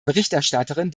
berichterstatterin